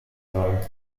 soll